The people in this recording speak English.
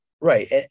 right